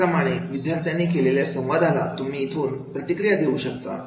त्याचप्रमाणे विद्यार्थ्यांनी केलेल्या संवादाला तुम्ही इथून प्रतिक्रिया देऊ शकता